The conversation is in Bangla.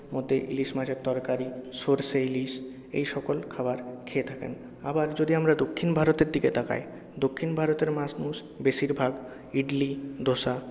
মধ্যে ইলিশ মাছের তরকারি সর্ষে ইলিশ এই সকল খাবার খেয়ে থাকেন আবার যদি আমরা দক্ষিণ ভারতের দিকে তাকাই দক্ষিণ ভারতের মানুষ বেশিরভাগ ইডলি দোসা